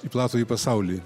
į platųjį pasaulį